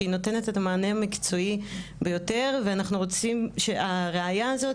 שהיא נותנת את המענה המקצועי ביותר ואנחנו רוצים שהראיה הזאת,